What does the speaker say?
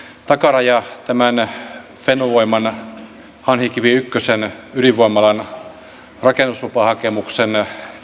takaraja tämän fennovoiman hanhikivi yhden ydinvoimalan rakennuslupahakemuksen